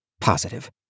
Positive